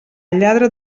lladre